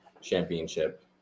Championship